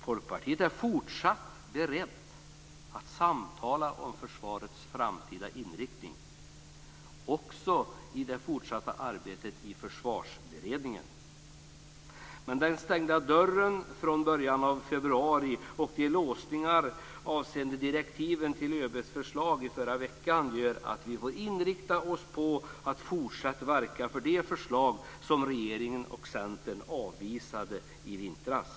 Folkpartiet är fortsatt berett att samtala om försvarets framtida inriktning, också i det fortsatta arbetet i Försvarsberedningen. Men den stängda dörren från början av februari och låsningarna avseende direktiven till ÖB:s förslag i förra veckan gör att vi får inrikta oss på att fortsatt verka för de förslag som regeringen och Centern avvisade i vintras.